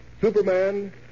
Superman